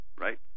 right